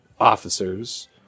officers